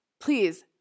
please